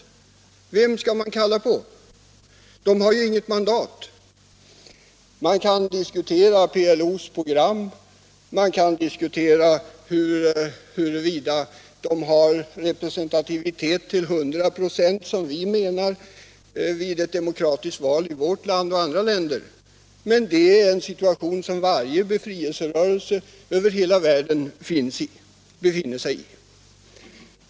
Vem kan man kalla på? Det finns ju inget mandat. Man kan diskutera PLO:s program och huruvida det är representativitet på 100 26 som vi menar vid demokratiska val i vårt land och andra länder. Men det är den situation som varje befrielserörelse över hela världen befinner sig i.